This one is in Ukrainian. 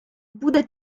буде